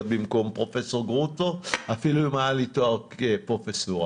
במקום פרופ' גרוטו אפילו אם היה לי תואר פרופסורה.